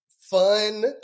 fun